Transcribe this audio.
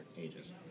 ages